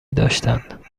داشتند